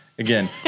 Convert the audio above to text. Again